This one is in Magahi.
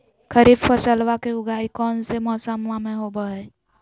खरीफ फसलवा के उगाई कौन से मौसमा मे होवय है?